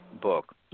book